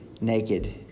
naked